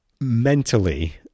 mentally